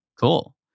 Cool